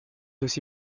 aussi